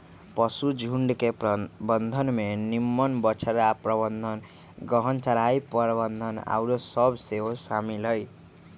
पशुझुण्ड के प्रबंधन में निम्मन बछड़ा प्रबंधन, गहन चराई प्रबन्धन आउरो सभ सेहो शामिल हइ